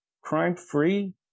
crime-free